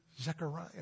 Zechariah